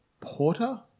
porter